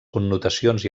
connotacions